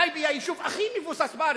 טייבה היא היישוב הכי מבוסס בארץ,